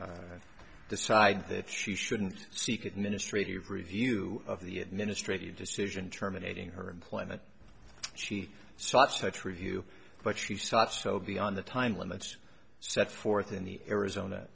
decide that she shouldn't seek administrative review of the administrative decision terminating her employment she sought such review but she sought so beyond the time limits set forth in the arizona